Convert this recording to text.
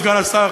סגן השר,